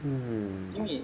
hmm